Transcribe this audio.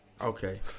Okay